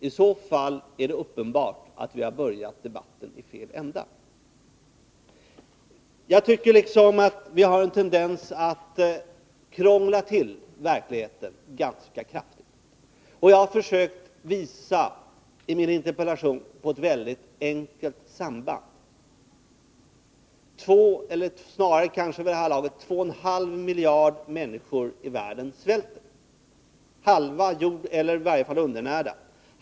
I så fall är det uppenbart att vi har börjat debatten i fel ända. Vi har en tendens att krångla till verkligheten ganska kraftigt. Jag har i min interpellation försökt visa på ett mycket enkelt samband. Två, eller vid det här laget kanske två och en halv, miljarder människor i världen svälter eller äri varje fall undernärda.